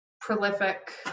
prolific